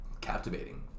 captivating